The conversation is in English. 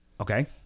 Okay